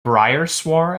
bireswar